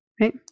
Right